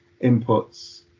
inputs